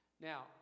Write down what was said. Now